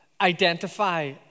identify